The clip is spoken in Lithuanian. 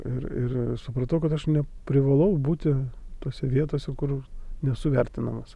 ir ir supratau kad aš neprivalau būti tose vietose kur nesu vertinamas